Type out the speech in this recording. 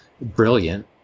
brilliant